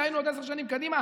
דהיינו עוד עשר שנים קדימה.